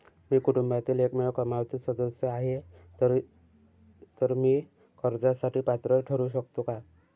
मी कुटुंबातील एकमेव कमावती सदस्य आहे, तर मी कर्जासाठी पात्र ठरु शकतो का?